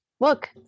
Look